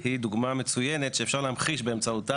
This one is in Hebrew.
היא דוגמה טובה שאפשר להמחיש באמצעותה